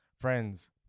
friends